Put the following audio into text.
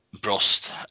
Brust